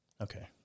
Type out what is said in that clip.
Okay